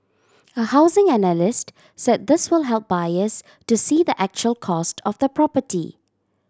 a housing analyst say this will help buyers to see the actual cost of the property